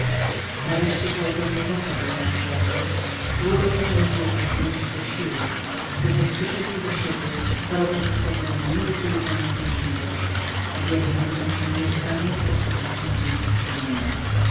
nareszcie gwałtownie zapadł na zdrowiu długo potem nie mógł wrócić do sił gdy zaś przyszedł do siebie choroba zostawiła mu niewypowiedzianą draźliwość objawiającą się zawsze pod postacią zniecierpliwienia